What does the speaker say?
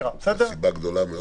זו סיבה גדולה מאוד.